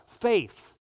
faith